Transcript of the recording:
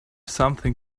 something